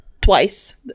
twice